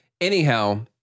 Anyhow